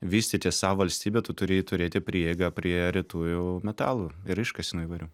vystyti savo valstybę tu turi turėti prieigą prie retųjų metalų ir iškasenų įvairių